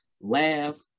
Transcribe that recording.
laugh